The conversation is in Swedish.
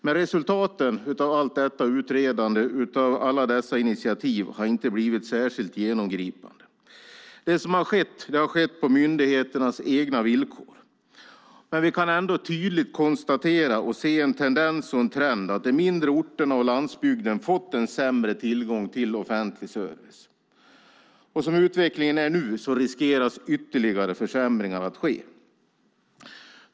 Men resultaten av allt detta utredande och alla dessa initiativ har inte blivit särskilt genomgripande. Det som har skett har skett på myndigheternas egna villkor. Men vi kan ändå tydligt konstatera att det finns en tendens och en trend att de mindre orterna och landsbygden har fått en sämre tillgång till offentlig service. Som utvecklingen är nu finns risk för ytterligare försämringar.